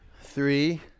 Three